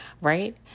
right